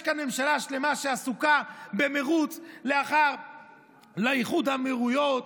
יש כאן ממשלה שלמה שעסוקה במרוץ לאיחוד האמירויות,